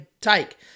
take